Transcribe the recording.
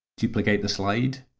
duplicate the slide